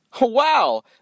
Wow